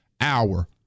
hour